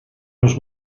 los